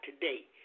today